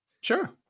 sure